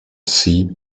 sea